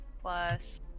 Plus